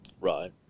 Right